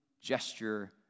gesture